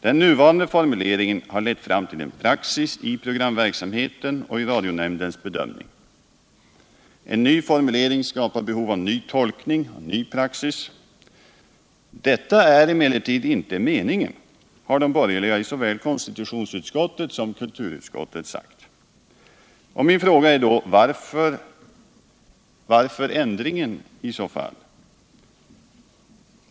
Den nuvarande formuleringen har lett fram till en praxis i programverksamheten och i radionämndens bedömning. En ny formulering skapar behov av ny tolkning och ny praxis. Detta är emellertid inte meningen, har de borgerliga i såväl konstitutionsutskottet som kulturutskottet sagt. Min fråga är då varför ändringen i så fall skall göras.